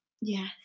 Yes